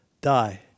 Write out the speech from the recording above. die